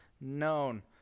known